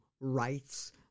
rights